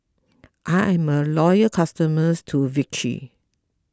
I am a loyal customer to Vichy